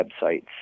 websites